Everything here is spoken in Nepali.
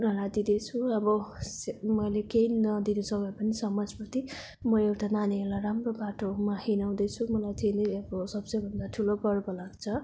उनीहरूलाई दिँदैछु अब से मैले केही नदिनु सके पनि समाजप्रति म एउटा नानीहरूलाई राम्रो बाटोमा हिँडाउँदैछु मलाई त्यही नै अब सबसे भन्दा ठुलो गर्व लाग्छ